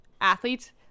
athletes